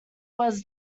was